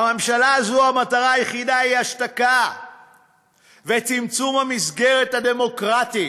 בממשלה הזאת המטרה היחידה היא השתקה וצמצום המסגרת הדמוקרטית.